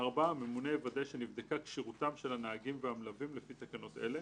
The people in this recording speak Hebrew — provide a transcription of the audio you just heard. (4) הממונה יוודא שנבדקה כשירותם של הנהגים והמלווים לפי תקנות אלה,